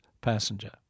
passenger